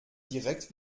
direkt